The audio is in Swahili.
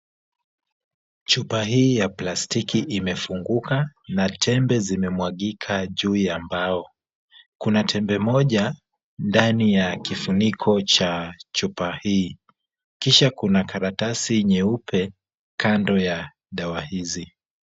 Chupa hii ya plastiki imefunguka na tembe zimemwagika juu ya mbao. Kuna tembe moja ndani ya kifuniko cha chupa hii. Kisha kuna karatasi nyeupe kando ya dawa hizi.